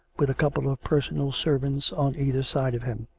with a couple of personal servants on either side of him.